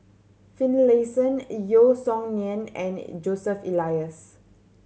Finlayson Yeo Song Nian and Joseph Elias